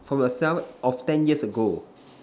from yourself of ten years ago